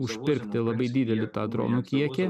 užpirkti labai didelį dronų kiekį